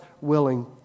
willing